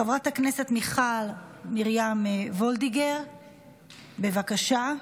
חברת הכנסת מיכל מרים וולדיגר, בבקשה,